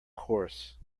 course